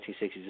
1960s